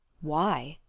why?